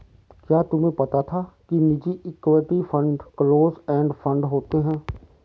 क्या तुम्हें पता था कि निजी equity fund close end fund होते हैं?